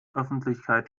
öffentlichkeit